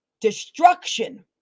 destruction